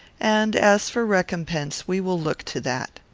and, as for recompense, we will look to that.